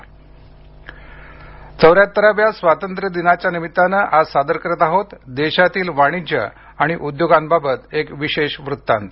विशेष वत्तांत चौऱ्याहत्तराव्या स्वातंत्र्य दिनाच्या निमित्तानं आज सादर करीत आहोत देशातील वाणिज्य आणि उद्योगांबाबत एक विशेष वृत्तांत